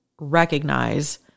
recognize